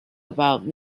about